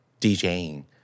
DJing